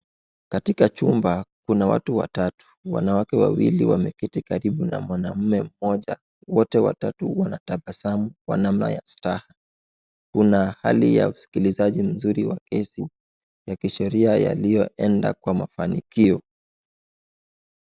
Katika chumba kuna watu watatu wanawake wawili wameketi karibu na mwanaume mmoja. Wote watatu wanatabasamu wanamaya star kuna hali ya usikilizaji wa mzuri kesi ya kisheria yaliyoenda kwa mafanikio.